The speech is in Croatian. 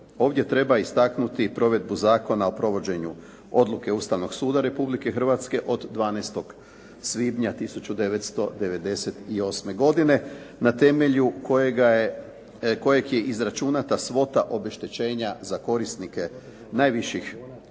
Ovdje treba istaknuti provedbu zakona o provođenju odluke Ustavnog suda Republike Hrvatske od 12. svibnja 1998. godine na temelju kojeg je izračunata svota obeštećenja za korisnike najviših mirovina